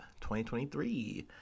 2023